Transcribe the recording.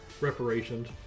reparations